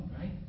right